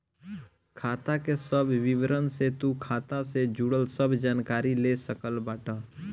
खाता के सब विवरण से तू खाता से जुड़ल सब जानकारी ले सकत बाटअ